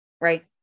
right